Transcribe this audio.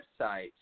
website